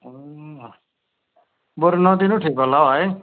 अँ बरु नदिनु ठिक होला हौ है